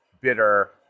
bitter